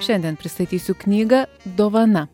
šiandien pristatysiu knygą dovana